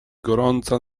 gorąca